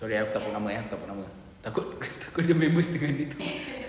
sorry eh aku tak taruk nama tak taruk nama takut aku nya members dengar gitu